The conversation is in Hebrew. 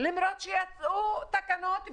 למרות שיצאו תקנות.